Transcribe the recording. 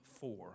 four